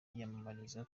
yiyamamariza